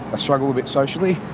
ah struggle a bit socially.